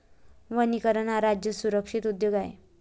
वनीकरण हा राज्य संरक्षित उद्योग आहे